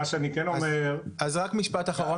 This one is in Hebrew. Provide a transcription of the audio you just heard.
מה שאני כן אומר --- אז רק משפט אחרון